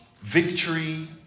Victory